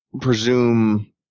presume